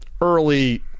early